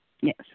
Yes